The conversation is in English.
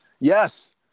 Yes